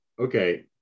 Okay